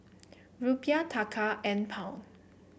Rupiah Taka and Pound